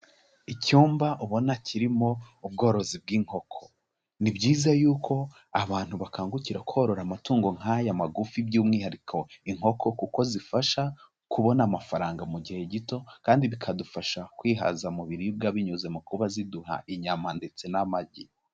Icyumba ubona kirimo ubworozi bw'inkoko. Ni byiza yuko abantu bakangukira korora amatungo nk'aya magufi by'umwihariko inkoko kuko zifasha kubona amafaranga mu gihe gito, kandi bikadufasha kwihaza mu biribwa binyuze mu kuba ziduha inyama ndetse n'amagi.